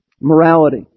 morality